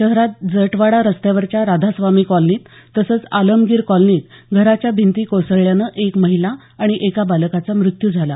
शहरात जटवाडा रस्त्यावरच्या राधास्वामी कॉलनीत तसंच आलमगीर कॉलनीत घराच्या भिंती कोसळल्यानं एक महिला आणि एका बालकाचा मृत्यू झाला